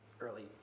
early